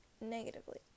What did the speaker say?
negatively